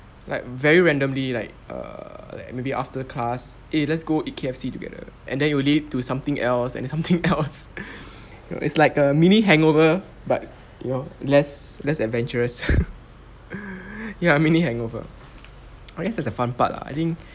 like very randomly like err like maybe after class eh let's go eat K_F_C together and then it will lead to something else and something else it's like a mini hangover but you know less less adventurous ya mini hangover I guess that's the fun part lah I think